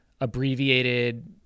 abbreviated